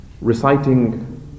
reciting